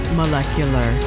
molecular